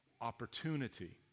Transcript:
opportunity